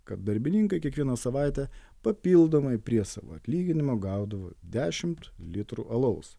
kad darbininkai kiekvieną savaitę papildomai prie savo atlyginimo gaudavo dešimt litrų alaus